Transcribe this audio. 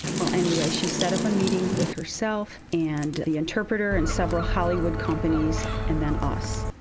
well, anyway, she set up a meeting with herself, and the interpreter, and several hollywood companies, and then us.